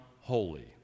holy